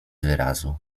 wyrazu